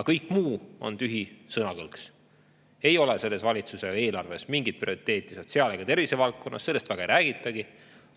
aga kõik muu on tühi sõnakõlks. Ei ole selles valitsuse eelarves mingeid prioriteete sotsiaal- ja tervisevaldkonnas, sellest väga ei räägitagi,